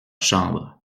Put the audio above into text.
chambres